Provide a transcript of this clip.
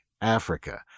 Africa